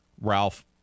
Ralph